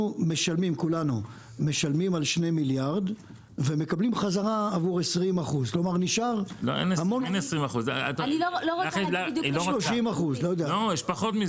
כולנו משלמים על 2 מיליארד ומקבלים חזרה עבור 20%. 30%. יש פחות מזה.